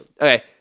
Okay